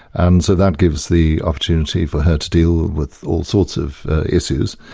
and so that gives the opportunity for her to deal with all sorts of issues.